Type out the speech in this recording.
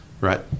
right